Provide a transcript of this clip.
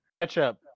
ketchup